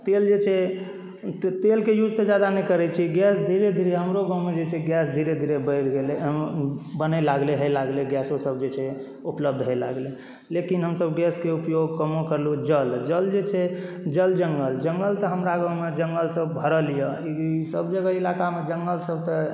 तेल जे छै तेलकेँ यूज तऽ जादा नहि करै छी गैस धीरे धीरे हमरो गाँवमे जे छै गैस धीरे धीरे बढ़ि गेलै बनै लागलै होय लागलै गैसो सब जे छै उपलब्ध होय लागलै लेकिन हमसब गैस के उपयोग कमो केलहुॅं जल जल जे छै जल जंगल जंगल तऽ हमरा गाँव मे जंगल सब भरल यऽ ई सब जगह इलाका मे तऽ जंगल सब तऽ